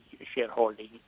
shareholding